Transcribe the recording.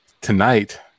tonight